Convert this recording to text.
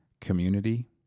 community